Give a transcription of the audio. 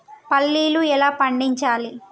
పల్లీలు ఎలా పండించాలి?